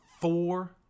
four